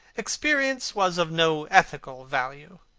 experience was of no ethical value.